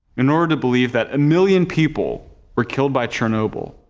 in order to believe that a million people were killed by chernobyl,